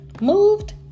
Moved